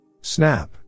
Snap